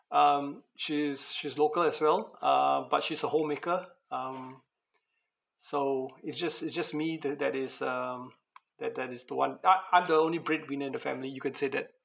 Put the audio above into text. um she's she's local as well uh but she's a homemaker um so it's just it's just me the that is um that that is the one ya I'm the only bread winner in the family you could say that